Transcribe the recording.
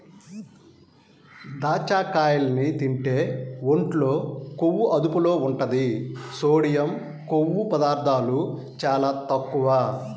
దాచ్చకాయల్ని తింటే ఒంట్లో కొవ్వు అదుపులో ఉంటది, సోడియం, కొవ్వు పదార్ధాలు చాలా తక్కువ